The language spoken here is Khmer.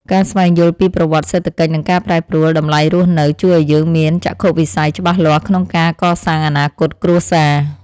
ការស្វែងយល់ពីប្រវត្តិសេដ្ឋកិច្ចនិងការប្រែប្រួលតម្លៃរស់នៅ ជួយឱ្យយើងមានចក្ខុវិស័យច្បាស់លាស់ក្នុងការកសាងអនាគតគ្រួសារ។